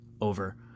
over